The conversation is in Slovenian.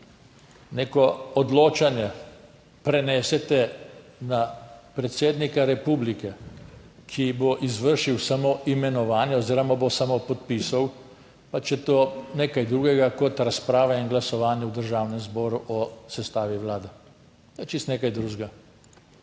neko odločanje prenesete na predsednika republike, ki bo izvršil samo imenovanje oziroma bo samo podpisal, pač je to nekaj drugega kot razprava in glasovanje v Državnem zboru o sestavi vlade. To je čisto nekaj drugega.